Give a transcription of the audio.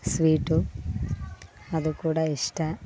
sweet ಅದು ಕೂಡ ಇಷ್ಟ